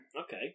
Okay